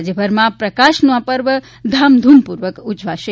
રાજ્યભરમાં પ્રકાશનું આ પર્વ ધામધૂમપૂર્વક ઉજવાશે